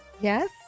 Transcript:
yes